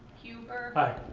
hubert. aye.